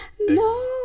No